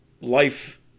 life